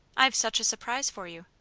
i've such a surprise for you.